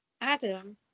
Adam